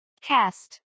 Cast